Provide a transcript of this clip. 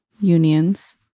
unions